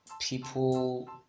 people